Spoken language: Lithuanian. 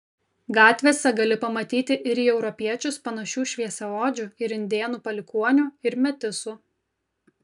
gatvėse gali pamatyti ir į europiečius panašių šviesiaodžių ir indėnų palikuonių ir metisų